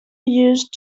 used